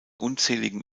unzähligen